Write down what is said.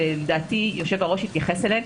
שלדעתי יושב-הראש התייחס אליהן,